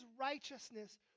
righteousness